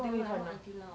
no not until now